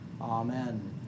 Amen